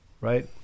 right